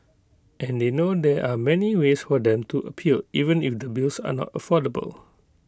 and they know there are many ways for them to appeal even if the bills are not affordable